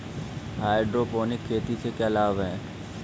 Hydroponic खेती से क्या लाभ हैं?